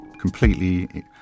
completely